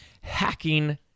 hacking